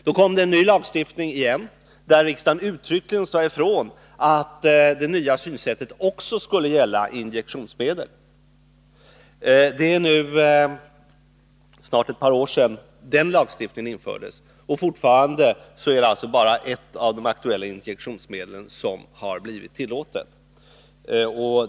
Då antogs ännu en lagändring, där riksdagen uttryckligen sade ifrån att det nya synsättet också skulle gälla injektionsmedel. Det är nu snart ett par år sedan den lagstiftningen infördes, men fortfarande är det bara ett av de aktuella injektionsmedlen som blivit tillåtet.